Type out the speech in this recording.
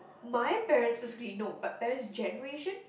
my parents specifically no but parent's generation